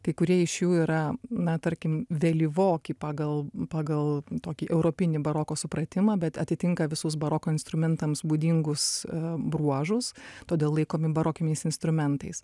kai kurie iš jų yra na tarkim vėlyvoki pagal pagal tokį europinį baroko supratimą bet atitinka visus baroko instrumentams būdingus bruožus todėl laikomi barokiniais instrumentais